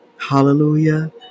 Hallelujah